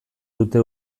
dute